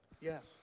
Yes